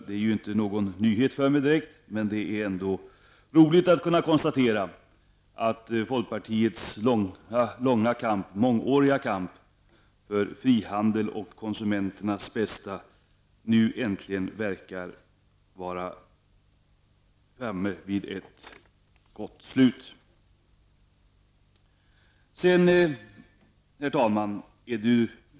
Det är ju inte någon nyhet för mig direkt, men det är ändå roligt att kunna konstatera att folkpartiets långa och mångåriga kamp för frihandel och konsumenternas bästa nu äntligen kröns med framgång. Herr talman!